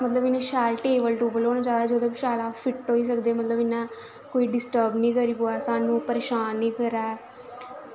मतलब इ'या शैल टेवल टूवल होना चाहिदा जेह्दे पर अस फिट्ट होई सकचै मतलब इ'यां कोई डिस्ट्रब नेईं करी पावै सानूं परेशान नेईँ करै